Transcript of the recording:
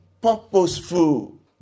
purposeful